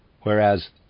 whereas